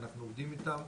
אנחנו עובדים איתם.